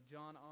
John